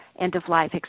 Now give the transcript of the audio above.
end-of-life